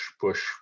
push